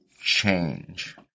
change